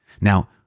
Now